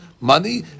money